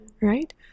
right